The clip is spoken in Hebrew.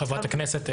הוא לא --- חה"כ,